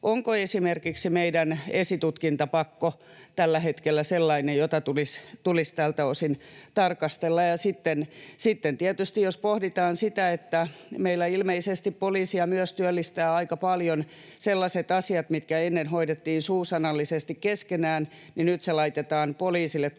Onko esimerkiksi meidän esitutkintapakko tällä hetkellä sellainen, että sitä tulisi tältä osin tarkastella? Ja sitten tietysti jos pohditaan, niin meillä ilmeisesti poliisia työllistävät aika paljon myös sellaiset asiat, mitkä ennen hoidettiin suusanallisesti keskenään, mutta nyt se laitetaan poliisille tutkittavaksi,